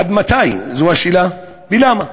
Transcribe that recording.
עד מתי, זו השאלה, ולמה.